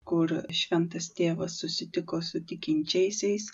kur šventas tėvas susitiko su tikinčiaisiais